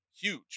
huge